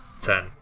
Ten